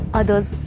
others